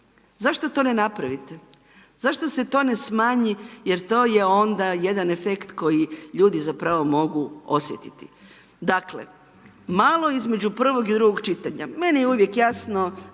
Zašto to ne napravite? Zašto se to ne smanji jer to je onda jedan efekt koji ljudi zapravo mogu osjetiti. Dakle, malo između prvog i drugog čitanja, meni je uvijek jasno,